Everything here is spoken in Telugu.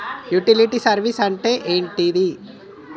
యుటిలిటీ సర్వీస్ అంటే ఏంటిది?